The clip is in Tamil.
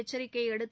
எச்சரிக்கையைஅடுத்து